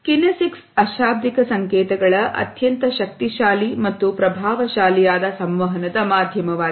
kinesics ಅಶಾಬ್ದಿಕ ಸಂಕೇತಗಳ ಅತ್ಯಂತ ಶಕ್ತಿಶಾಲಿ ಮತ್ತು ಪ್ರಭಾವಶಾಲಿಯಾದ ಸಂವಹನದ ಮಾಧ್ಯಮವಾಗಿದೆ